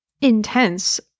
intense